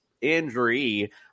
injury